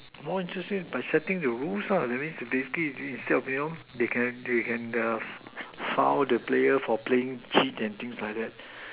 more interesting is by setting the rules that means basically instead of you know they can they can the file the player for playing hit and things like that